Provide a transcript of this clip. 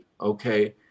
okay